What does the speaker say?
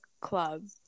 club